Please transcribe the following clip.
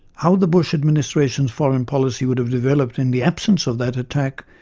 how the bush administration's foreign policy would have developed in the absence of that attack,